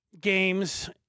games